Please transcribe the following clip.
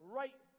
right